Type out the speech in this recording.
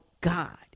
God